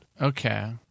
Okay